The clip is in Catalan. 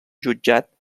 jutjat